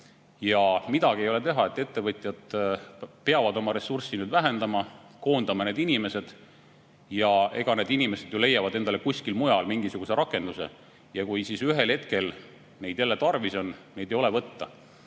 Ja midagi ei ole teha, ettevõtjad peavad oma ressurssi nüüd vähendama, need inimesed koondama. Need inimesed leiavad endale kuskil mujal mingisuguse rakenduse ja kui siis ühel hetkel neid jälle tarvis on, ei ole neid võtta.